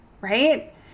right